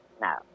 no